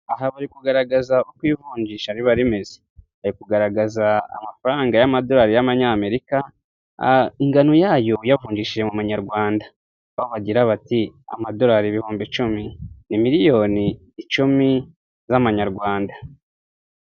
Aha bari kugaragaza uko ivunjisha riba rimeze bari kugaragaza amafaranga y'amadolari y' abanyamerika, ingano yayo uyavungishije mu manyarwanda aho bagira bati ''amadorari ibihumbi icumi, ni miliyoni icumi z'amanyarwanda.''